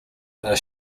are